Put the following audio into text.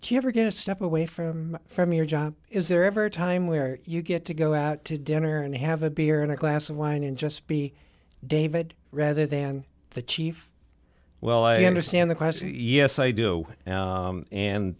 to step away from from your job is there ever a time where you get to go out to dinner and have a beer and a glass of wine and just be david rather than the chief well i understand the question yes i do